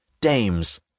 DAMES